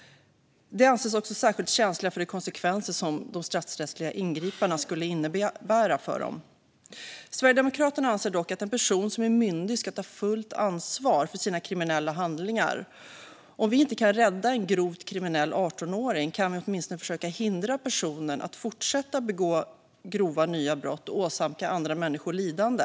De anses också särskilt känsliga för de konsekvenser som de straffrättsliga ingripandena skulle innebära för dem. Ungdomsövervakning Sverigedemokraterna anser dock att en person som är myndig ska ta fullt ansvar för sina kriminella handlingar. Om vi inte kan rädda en grovt kriminell 18-åring kan vi åtminstone försöka hindra personen från att fortsätta begå grova brott och åsamka andra människor lidande.